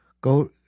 go